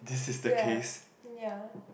ya ya